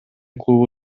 клубу